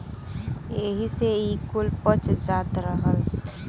एही से ई कुल पच जात रहल